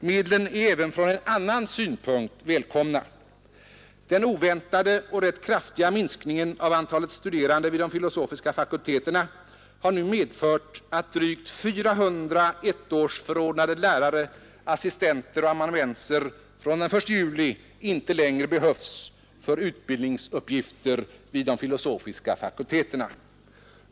Medlen är även från en annan synpunkt välkomna. Den oväntade och rätt kraftiga minskningen av antalet studerande vid de filosofiska fakulteterna har nu medfört att drygt 400 ettårsförordnade lärare, assistenter och amanuenser från den 1 juli i år inte längre behövs för utbildningsuppgifter vid de filosofiska fakulteterna.